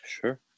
sure